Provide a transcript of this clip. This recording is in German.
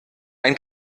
ein